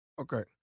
Okay